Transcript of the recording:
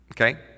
Okay